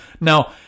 now